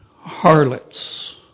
harlots